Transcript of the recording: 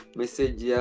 message